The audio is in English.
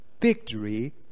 victory